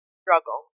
struggle